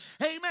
amen